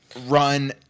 run